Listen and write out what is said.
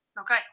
Okay